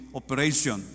operation